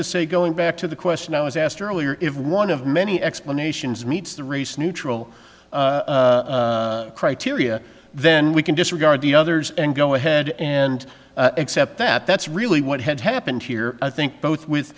to say going back to the question i was asked earlier if one of many explanations meets the race neutral criteria then we can disregard the others and go ahead and accept that that's really what had happened here i think both